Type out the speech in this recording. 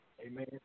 Amen